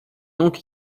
donc